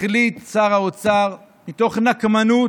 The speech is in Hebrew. החליט שר האוצר, מתוך נקמנות,